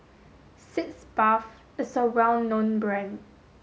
Sitz Bath is a well known brand